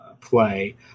play